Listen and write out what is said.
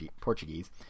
Portuguese